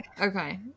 Okay